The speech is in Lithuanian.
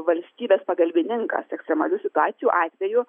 valstybės pagalbininkas ekstremalių situacijų atveju